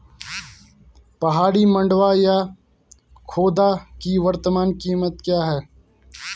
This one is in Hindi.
पहाड़ी मंडुवा या खोदा की वर्तमान कीमत क्या है?